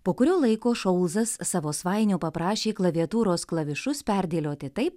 po kurio laiko šolzas savo svainio paprašė klaviatūros klavišus perdėlioti taip